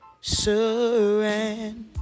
surrender